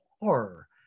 horror